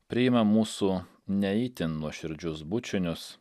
priima mūsų ne itin nuoširdžius bučinius